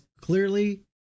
clearly